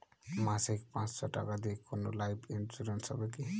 মাসিক পাঁচশো টাকা দিয়ে কোনো লাইফ ইন্সুরেন্স হবে কি?